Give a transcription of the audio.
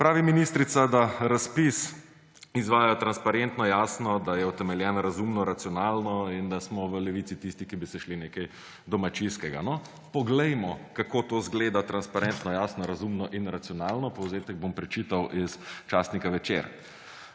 Pravi ministrica, da razpis izvaja transparentno, jasno, da je utemeljen razumno, racionalno in da smo v Levici tisti, ki bi se šli nekaj domačijskega. No, poglejmo, kako to izgleda transparentno, jasno, razumno in racionalno. Povzetek bom prečital iz časnika Večer.